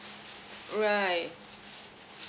right